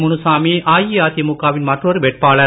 முனுசாமி அஇஅதிமுகவின் மற்றொரு வேட்பாளர்